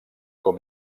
com